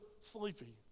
sleepy